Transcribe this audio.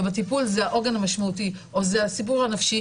ובטיפול זה העוגן המשמעותי או זה הסיפור הנפשי,